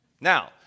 Now